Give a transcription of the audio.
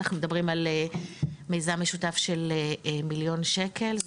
אנחנו מדברים על מיזם משותף של מיליון שקל,